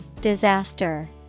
Disaster